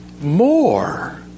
more